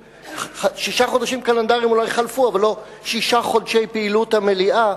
שישה חודשים קלנדריים אולי חלפו אבל לא שישה חודשי פעילות המליאה,